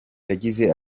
yagize